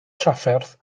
trafferth